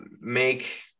make